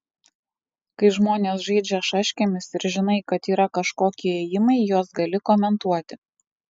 kai žmonės žaidžia šaškėmis ir žinai kad yra kažkokie ėjimai juos gali komentuoti